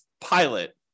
pilot